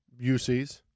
UCs